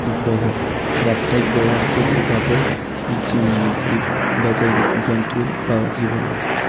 গ্রহ এই একটাই গ্রহ আছে যেটাতে জীব বা জন্তু বা জীবন আছে